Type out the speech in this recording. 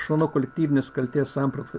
aš manau kolektyvinės kaltės sampratai